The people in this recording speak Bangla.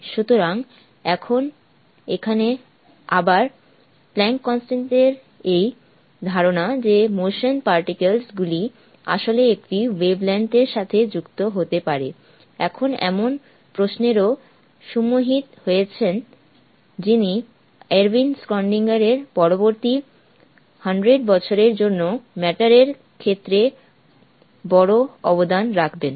সুতরাং এখানে আবার প্লান্কস কনস্ট্যান্ট এর এই ধারণা যে মোশন পার্টিকেলস গুলি আসলে একটি ওয়েভলেংথ এর সাথে যুক্ত হতে পারে এখন এমন প্রশ্নেরও সম্মুখীন হয়েছেন যিনি এরউইন স্ক্রডিঙ্গার এর পরবর্তী 100 বছরের জন্য ম্যাটার এর ক্ষেত্রে বড় অবদান রাখবেন